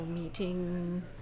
meeting